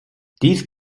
dieses